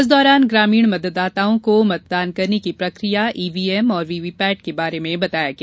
इस दौरान ग्रामीण मतदाताओं को मतदान करने प्रक्रिया ईव्हीएम और वीवीपैट के बारे में बताया गया